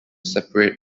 separate